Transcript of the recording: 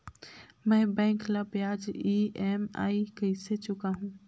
मैं बैंक ला ब्याज ई.एम.आई कइसे चुकाहू?